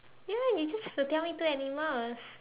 ya you just have to tell me two animals